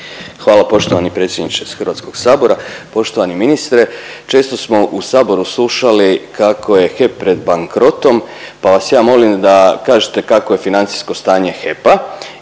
Hvala poštovani predsjedniče Hrvatskog sabora, poštovani ministre. Često smo u Saboru slušali kako je HEP pred bankrotom, pa vas ja molim da kažete kakvo je financijsko stanje HEP-a?